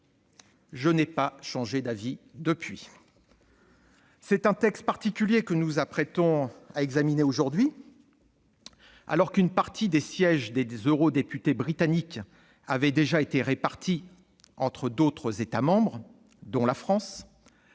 Je n'ai pas changé d'avis depuis. Nous nous apprêtons à examiner un texte particulier. Alors qu'une partie des sièges des eurodéputés britanniques avaient déjà été répartis entre d'autres États membres, dont la France,